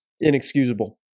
inexcusable